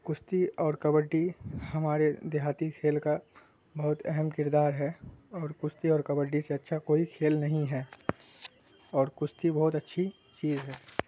کشتی اور کبڈی ہمارے دیہاتی کھیل کا بہت اہم کردار ہے اور کشتی اور کبڈی سے اچھا کوئی کھیل نہیں ہے اور کشتی بہت اچھی چیز ہے